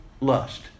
lust